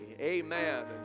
Amen